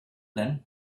then